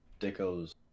Dicko's